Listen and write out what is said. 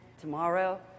tomorrow